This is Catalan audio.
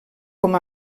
com